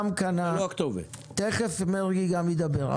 תיכף גם מרגי ידבר.